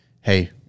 Hey